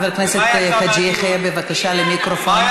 חבר הכנסת חאג' יחיא, בבקשה, למיקרופון.